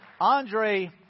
Andre